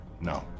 no